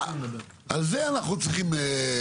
על זה אנחנו צריכים.